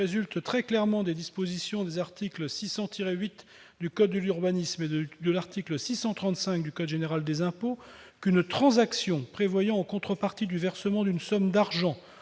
résulte très clairement des dispositions de l'article L. 600-8 du code de l'urbanisme et de l'article 635 du code général des impôts qu'une transaction prévoyant, en contrepartie du versement d'une somme d'argent